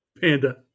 panda